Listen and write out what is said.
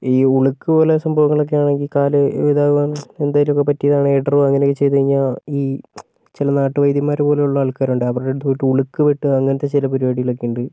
ഈ ഉളുക്കുപോല സംഭവങ്ങളൊക്കെയാണെങ്കി കാല് ഇതാവാൻ എന്തേലൊക്കെ പറ്റിയതാണെങ്കി ഇടറുവോ അങ്ങനോക്കെ ചെയ്തു കഴിഞ്ഞാൽ ഈ ചില നാട്ടുവൈദ്യൻമാര് പോലുള്ള ആൾക്കാരൊണ്ട് അവരുടടുത്ത് പോയിട്ട് ഉളുക്ക് പറ്റാ അങ്ങനത്തെ ചില പരിപാടികളൊക്കെ ഉണ്ട്